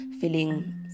feeling